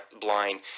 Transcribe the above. blind